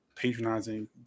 Patronizing